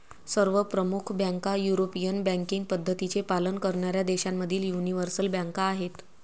सर्व प्रमुख बँका युरोपियन बँकिंग पद्धतींचे पालन करणाऱ्या देशांमधील यूनिवर्सल बँका आहेत